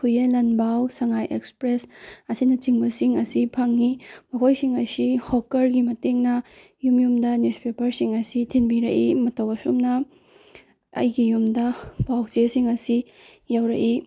ꯍꯨꯏꯌꯦꯟ ꯂꯟꯕꯥꯎ ꯁꯉꯥꯏ ꯑꯦꯛꯁꯄ꯭ꯔꯦꯁ ꯑꯁꯤꯅ ꯆꯤꯡꯕꯁꯤꯡ ꯑꯁꯤ ꯐꯪꯉꯤ ꯃꯈꯣꯏꯁꯤꯡ ꯑꯁꯤ ꯍꯣꯀꯔꯒꯤ ꯃꯇꯦꯡꯅ ꯌꯨꯝ ꯌꯨꯝꯗ ꯅ꯭ꯌꯨꯁ ꯄꯦꯄꯔꯁꯤꯡ ꯑꯁꯤ ꯊꯤꯟꯕꯤꯔꯛꯏ ꯃꯇꯧ ꯑꯁꯨꯝꯅ ꯑꯩꯒꯤ ꯌꯨꯝꯗ ꯄꯥꯎꯆꯦꯁꯤꯡ ꯑꯁꯤ ꯌꯧꯔꯛꯏ